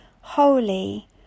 holy